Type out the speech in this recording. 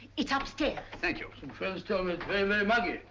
it's upstairs. thank you. some friends tell me it's very, very muggy,